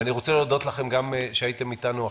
אני רוצה להודות לכם גם על שהייתם איתנו עכשיו.